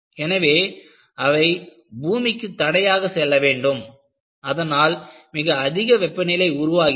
எனவே அவை பூமிக்குத் தடையாகச் செல்ல வேண்டும் அதனால் மிக அதிக வெப்பநிலை உருவாகிறது